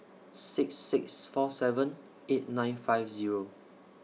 six six four seven eight nine five Zero